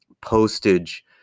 postage